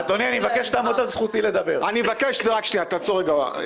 אדוני, אני מבקש שתעמוד על זכותי לדבר.